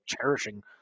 cherishing